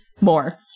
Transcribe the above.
More